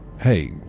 Hey